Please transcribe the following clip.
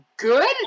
Good